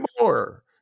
more